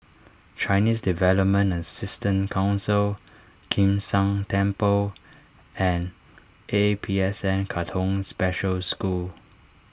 Chinese Development Assistance Council Kim San Temple and A P S N Katong Special School